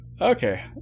Okay